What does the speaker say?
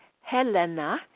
Helena